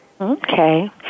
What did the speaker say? Okay